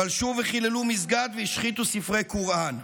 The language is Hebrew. פלשו וחיללו מסגד והשחיתו ספרי קוראן,